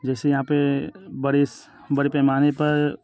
जैसे यहाँ पर बड़े से बड़े पैमाने पर